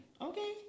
Okay